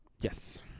Yes